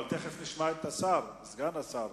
אבל תיכף נשמע את סגן השר.